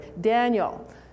Daniel